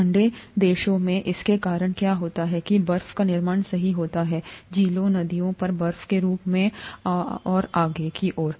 ठंडे देशों में इसके कारण क्या होता है बर्फ का निर्माण सही होता है झीलों नदियों पर बर्फ के रूप और आगे और आगे की ओर